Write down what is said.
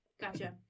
Gotcha